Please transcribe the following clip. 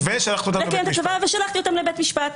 הדין לקיים את הצוואה" ובכל זאת שלחתי אותם לבית המשפט.